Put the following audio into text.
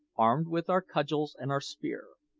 armed with our cudgels and our spear.